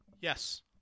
yes